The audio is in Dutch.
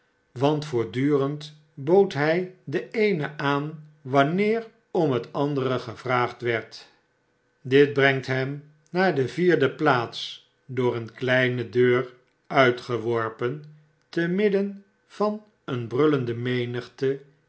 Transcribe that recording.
hi den eenen aan wanneer om het andere gevraagd werd dit brengt hem naar de vierde plaats door een kleine deur uitgeworpen te midden van een brullende menigte